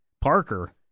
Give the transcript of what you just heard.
parker